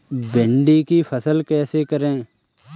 भिंडी की फसल कैसे करें?